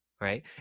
right